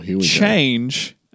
change